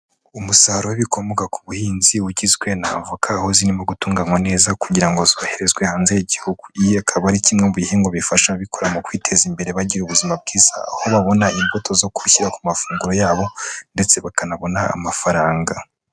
Umusaruro w'ibikomoka ku buhinzi ugizwe na avoka, aho zirimo gutunganywa neza kugira ngo zoherezwe hanze y'igihugu, iyi akaba ari kimwe mu bihingwa bifasha ababikora mu kwiteza imbere bagire ubuzima bwiza, aho babona imbuto zo gushyira ku mafunguro yabo, ndetse bakanabona amafaranga.